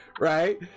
right